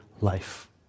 life